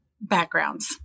backgrounds